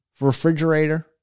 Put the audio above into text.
refrigerator